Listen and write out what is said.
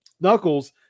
knuckles